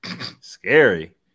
Scary